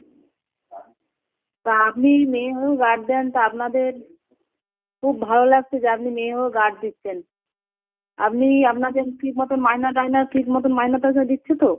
তা আপনি মেয়ে হয়েও গার্ড দেন তা আপনাদের খুব ভালো লাগছে যে আপনি মেয়ে হয়েও গার্ড দিচ্ছেন আপনি আপনাদের ঠিক মতো মাইনা টাইনা ঠিক মতো মায়না টায়না দিচ্ছে তো